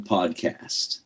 Podcast